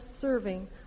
serving